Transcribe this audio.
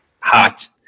hot